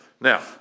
Now